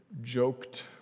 joked